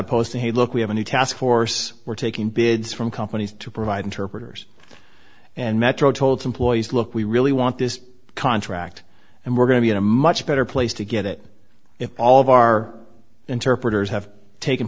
a post to hey look we have a new task force we're taking bids from companies to provide interpreters and metro told employees look we really want this contract and we're going to be in a much better place to get it if all of our interpreters have taken